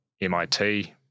MIT